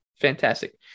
fantastic